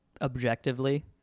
objectively